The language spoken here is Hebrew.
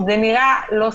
זה נראה לא סביר.